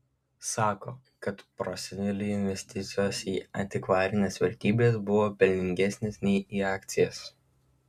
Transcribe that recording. sako kad proseneliui investicijos į antikvarines vertybes buvo pelningesnės nei į akcijas